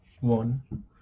one